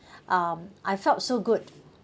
um I felt so good